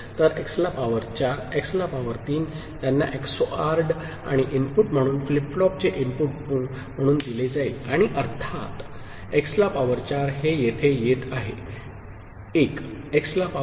तर x ला power 4 आणि x ला पॉवर 3 त्यांना XORred आणि इनपुट म्हणून फ्लिप फ्लॉपचे इनपुट म्हणून दिले जाईल आणि अर्थात x ला पॉवर 4 हे येथे येत आहे 1 x ला पॉवर0